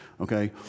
Okay